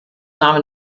namen